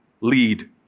lead